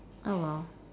oh well